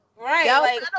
Right